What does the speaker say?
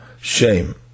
shame